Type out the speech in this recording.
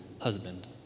husband